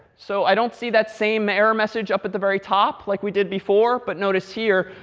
so i don't see that same error message up at the very top like we did before, but notice here,